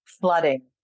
flooding